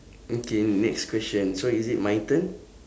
okay next question so is it my turn